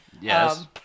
yes